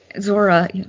Zora